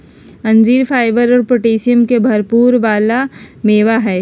अंजीर फाइबर और पोटैशियम के भरपुर वाला मेवा हई